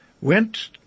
went